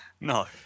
No